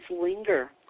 linger